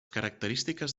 característiques